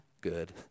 good